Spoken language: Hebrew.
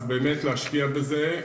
אז באמת להשקיע בזה.